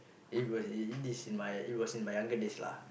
it was it's in my it was in my younger days lah